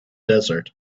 desert